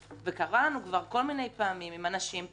וקרה לנו כל מיני פעמים עם אנשים פרטיים